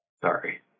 Sorry